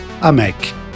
AMEC